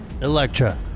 Electra